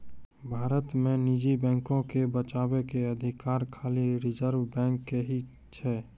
भारत मे निजी बैको के बचाबै के अधिकार खाली रिजर्व बैंक के ही छै